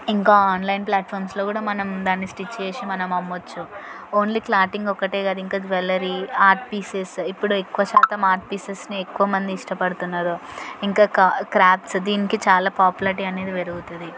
ఇంకా ఆన్లైన్ ప్లాట్ఫామ్స్లో కూడా మనం దాన్ని స్టిచ్ చేసి మనం అమ్మవచ్చు ఓన్లీ క్లాతింగ్ ఒక్కటే కాదు ఇంక జువలరీ ఆర్ట్ పీసెస్ ఇప్పుడు ఎక్కువ శాతం ఆర్ట్ పీసెస్ను ఎక్కువమంది ఇష్టపడుతున్నారు ఇంకా క్రాఫ్ట్స్ దీనికి చాలా పాపులారిటీ అనేది పెరుగుతుంది